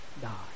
die